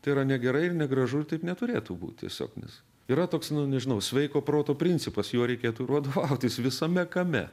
tai yra negerai ir negražu ir taip neturėtų būt tiesiog nes yra toks nu nežinau sveiko proto principas juo reikėtų ir vadovautis visame kame